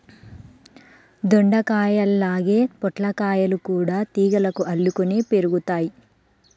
దొండకాయల్లాగే పొట్లకాయలు గూడా తీగలకు అల్లుకొని పెరుగుతయ్